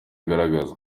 agaragaza